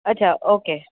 અચ્છા ઓકે